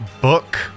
book